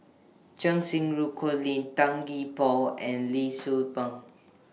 Cheng Xinru Colin Tan Gee Paw and Lee Tzu Pheng